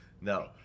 No